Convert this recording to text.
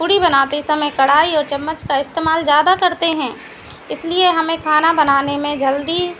पूड़ी बनाते समय कड़ाही और चम्मच का इस्तेमाल ज्यादातर करते हैं इसलिए हमें खाना बनाने में जल्दी